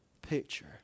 picture